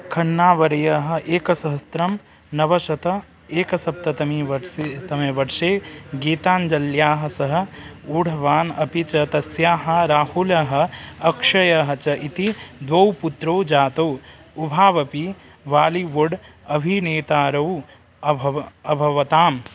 खन्नावर्यः एकसहस्त्रं नवशतं एकसप्तमवर्षे तमे वर्षे गीताञ्जल्याः सह ऊढवान् अपि च तस्य राहुलः अक्षयः च इति द्वौ पुत्रौ जातौ उभावपि वालीवुड् अभिनेतारौ अभवत् अभवताम्